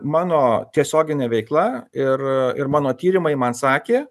mano tiesioginė veikla ir ir mano tyrimai man sakė